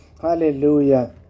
Hallelujah